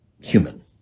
human